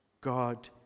God